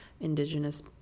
indigenous